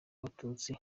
batutsi